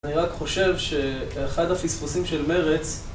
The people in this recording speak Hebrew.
אני רק חושב שאחד הפספוסים של מרץ